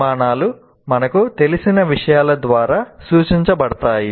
పరిమాణాలు మనకు తెలిసిన విషయాల ద్వారా సూచించబడతాయి